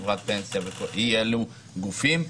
חברת פנסיה ואי-אלו גופים,